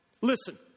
Listen